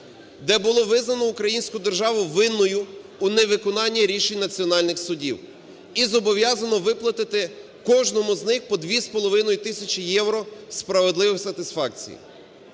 де було визнано українську державу винною у невиконанні рішень національних суддів, і зобов'язано виплатити кожному з них по 2,5 тисячі євро справедливо сатисфакції.